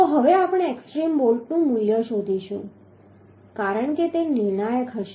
તો હવે આપણે એક્સ્ટ્રીમ બોલ્ટનું મૂલ્ય શોધીશું કારણ કે તે નિર્ણાયક હશે